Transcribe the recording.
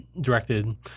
directed –